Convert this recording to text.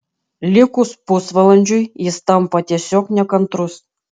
likus pusvalandžiui jis tampa tiesiog nekantrus